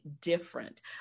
different